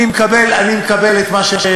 אני מקבל את מה שאמרת,